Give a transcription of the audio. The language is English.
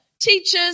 Teachers